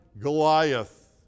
Goliath